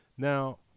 Now